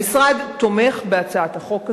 המשרד תומך בהצעת החוק הזאת.